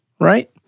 right